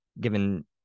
given